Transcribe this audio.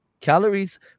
calories